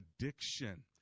addiction